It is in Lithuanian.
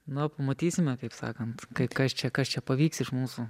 na pamatysime taip sakant kas čia kas čia pavyks iš mūsų